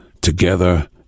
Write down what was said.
together